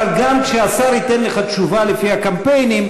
אבל גם כשהשר ייתן לך תשובה לפי הקמפיינים,